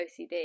OCD